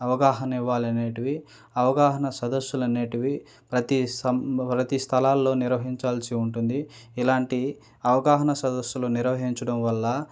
అవగాహన ఇవ్వాలి అనేటివి అవగాహన సదస్సులు అనేటివి ప్రతీ సం ప్రతీ స్థలాల్లో నిర్వహించాల్సి ఉంటుంది ఇలాంటి అవగాహన సదస్సులు నిర్వహించడం వల్ల